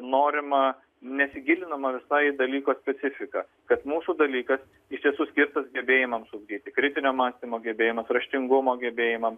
norima nesigilinama visai į dalyko specifiką kad mūsų dalykas iš tiesų skirtas gebėjimams ugdyti kritinio mąstymo gebėjimus raštingumo gebėjimams